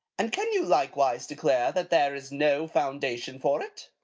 and can you likewise declare that there is no foundation for it?